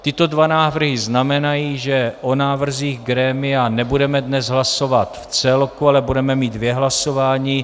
Tyto dva návrhy znamenají, že o návrzích grémia nebudeme dnes hlasovat v celku, ale budeme mít dvě hlasování.